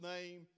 name